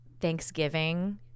Thanksgiving